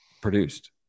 produced